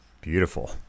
Beautiful